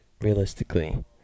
realistically